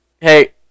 Hey